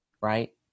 right